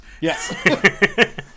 Yes